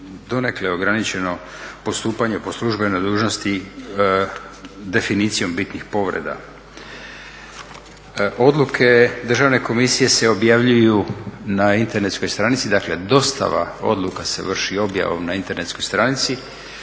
donekle ograničeno postupanje po službenoj dužnosti definicijom bitnih povreda. Odluke Državne komisije se objavljuju na internetskoj stranici, dakle dostava odluka se vrši objavom na internetskoj stranici